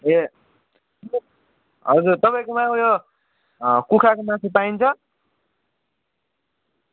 ए हजुर तपाईँकोमा उयो कुखुराको मासु पाइन्छ